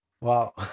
Wow